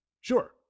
Sure